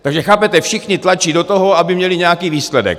Takže chápete, všichni tlačí do toho, aby měli nějaký výsledek.